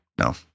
No